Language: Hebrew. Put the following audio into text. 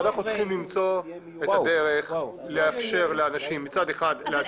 אנחנו צריכים למצוא את הדרך לאפשר לאנשים מצד אחד להצביע